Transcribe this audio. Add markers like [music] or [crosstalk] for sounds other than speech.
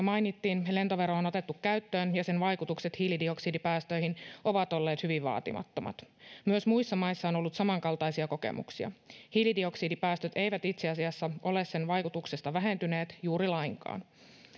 [unintelligible] mainittiin lentovero on otettu käyttöön ja sen vaikutukset hiilidioksidipäästöihin ovat olleet hyvin vaatimattomat [unintelligible] myös muissa maissa on ollut samankaltaisia kokemuksia hiilidioksidipäästöt eivät itse asiassa ole sen vaikutuksesta vähentyneet juuri lainkaan